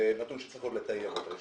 זה נתון שצריך עוד לטייב אותו.